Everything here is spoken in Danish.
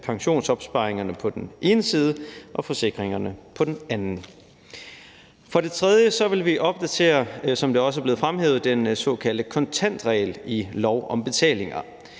pensionsopsparingerne på den ene side og forsikringerne på den anden. For det tredje vil vi, som det også er blevet fremhævet, opdatere den såkaldte kontantregel i lov om betalinger.